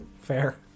fair